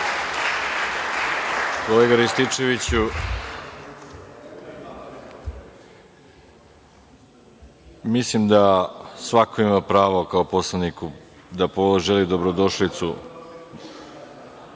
Kolega Rističeviću, mislim da svako ima pravo, kao poslanik, da poželi dobrodošlicu